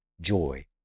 joy